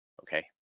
Okay